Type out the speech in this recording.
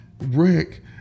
Rick